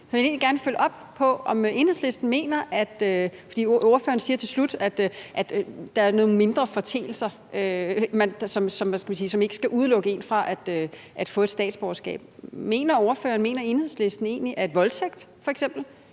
egentlig gerne følge op på det, for ordføreren siger til slut, at der er nogle mindre foreteelser , som ikke skal udelukke en fra at få et statsborgerskab. Mener ordføreren, mener Enhedslisten egentlig, at f.eks. voldtægt er